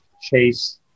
chase